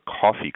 coffee